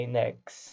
next